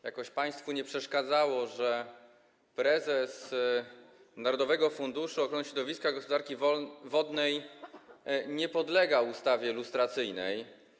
Jakoś państwu nie przeszkadzało, że prezes Narodowego Funduszu Ochrony Środowiska i Gospodarki Wodnej nie podlega ustawie lustracyjnej.